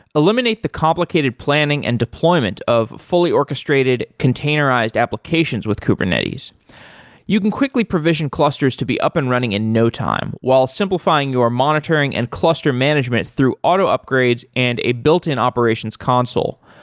eliminate the complicated planning and deployment of fully orchestrated containerized applications with kubernetes you can quickly provision clusters clusters to be up and running in no time, while simplifying your monitoring and cluster management through auto upgrades and a built-in operations console.